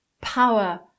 power